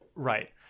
Right